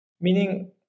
Meaning